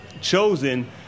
chosen